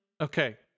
Okay